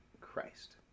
Christ